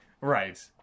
Right